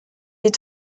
est